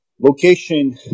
location